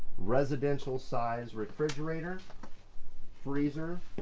residential size refrigerator freezer,